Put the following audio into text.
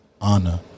honor